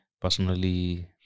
Personally